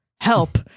help